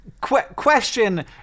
Question